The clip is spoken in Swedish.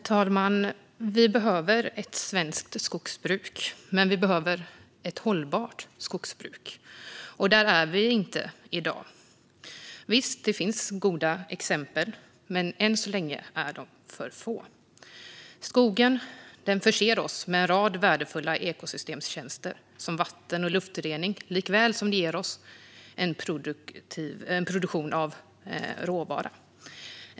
Herr talman! Vi behöver ett svenskt skogsbruk. Men vi behöver ett hållbart skogsbruk, och där är vi inte i dag. Visst, det finns goda exempel, men än så länge är de för få. Skogen förser oss med en rad värdefulla ekosystemtjänster, som vatten och luftrening, liksom den ger oss produktion av råvara.